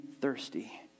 thirsty